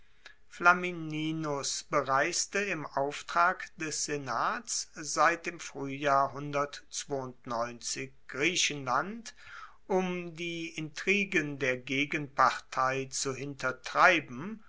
flamininus bereiste im auftrag des senats seit dem fruehjahr griechenland um die intrigen der gegenpartei zu hintertreiben